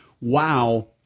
wow-